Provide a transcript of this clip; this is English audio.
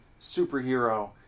superhero